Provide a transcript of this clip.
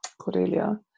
cordelia